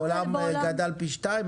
העולם גדל פי שניים?